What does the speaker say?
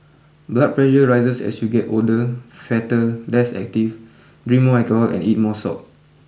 blood pressure rises as you get older fatter less active drink more alcohol and eat more salt